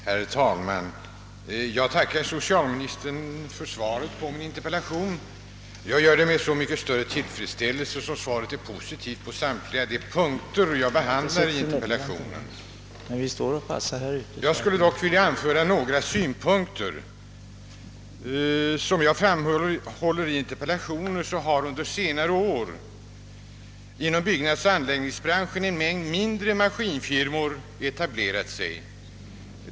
Herr talman! Jag tackar socialministern för svaret på min interpellation. Jag gör det med så mycket större tillfredsställelse som svaret är positivt på samtliga de punkter jag behandlat i interpellationen. Jag skulle dock vilja anföra några synpunkter på frågan. Som jag framhållit i interpellationen har under senare år inom byggnadsoch anläggningsbranschen en mängd mindre firmor etablerat sig.